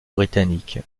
britannique